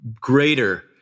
greater